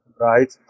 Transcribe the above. Right